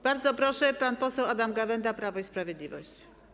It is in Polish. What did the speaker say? Bardzo proszę, pan poseł Adam Gawęda, Prawo i Sprawiedliwość.